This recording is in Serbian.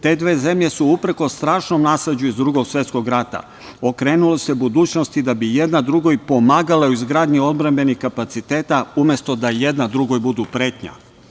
Te dve zemlje su se, uprkos strašnom nasleđu iz Drugog svetskog rata, okrenule budućnosti da bi jedna drugoj pomagale u izgradnji odbrambenih kapaciteta, umesto da jedna drugoj budu pretnja.